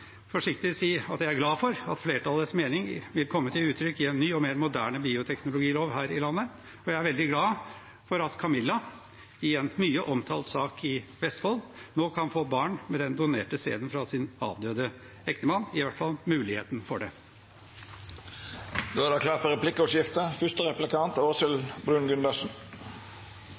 forsiktig si at jeg er glad for at flertallets mening vil komme til uttrykk i en ny og mer moderne bioteknologilov her i landet, og jeg er veldig glad for at Camilla, i en mye omtalt sak i Vestfold, nå kan få barn med den donerte sæden fra sin avdøde ektemann, i hvert fall muligheten for